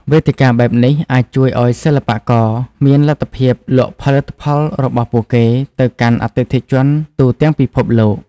វេទិកាបែបនេះអាចជួយឱ្យសិល្បករមានលទ្ធភាពលក់ផលិតផលរបស់ពួកគេទៅកាន់អតិថិជនទូទាំងពិភពលោក។